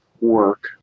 work